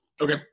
Okay